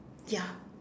ya